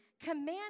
command